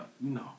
No